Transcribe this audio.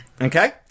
Okay